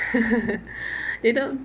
they don't